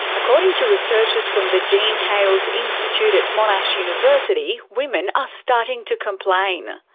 according to researchers from the jean hailes institute at monash university, women are starting to complain.